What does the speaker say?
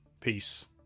Peace